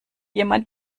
jemand